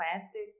plastic